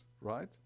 right